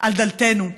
על דלתנו.